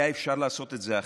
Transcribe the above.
היה אפשר לעשות את זה אחרת.